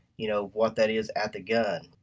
you know what that is at the gun.